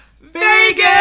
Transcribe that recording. Vegas